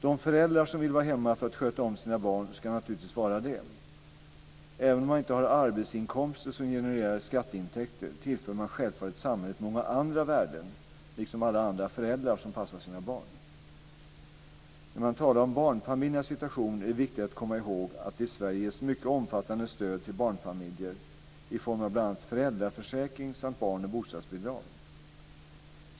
De föräldrar som vill vara hemma för att sköta om sina barn ska naturligtvis vara det. Även om man inte har arbetsinkomster som genererar skatteintäkter tillför man självfallet samhället många andra värden, liksom alla andra föräldrar som passar sina barn. När man talar om barnfamiljernas situation är det viktigt att komma ihåg att det i Sverige ges mycket omfattande stöd till barnfamiljer i form av bl.a. föräldraförsäkring samt barn och bostadsbidrag.